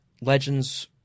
legends